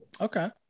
Okay